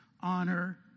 honor